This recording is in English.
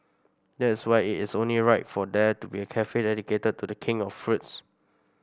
that is why it is only right for there to be a cafe dedicated to the king of fruits